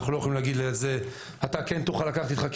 אנחנו לא יכולים להגיד לזה שהוא כן יוכל לקחת את זה איתו כי